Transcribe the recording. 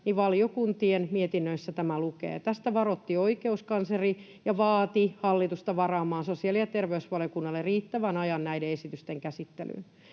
valiokuntien mietinnöissä tämä lukee. Tästä varoitti oikeuskansleri ja vaati hallitusta varaamaan sosiaali- ja terveysvaliokunnalle riittävän ajan näiden esitysten käsittelyyn,